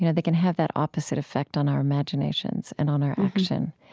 you know they can have that opposite effect on our imaginations and on our action.